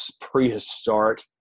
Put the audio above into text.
prehistoric